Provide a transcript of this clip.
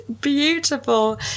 beautiful